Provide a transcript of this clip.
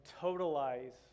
totalize